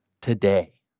Today